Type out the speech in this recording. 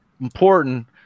important